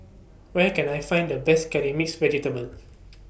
Where Can I Find The Best Curry Mixed Vegetable